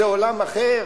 זה עולם אחר?